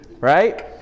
right